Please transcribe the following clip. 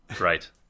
Right